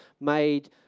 made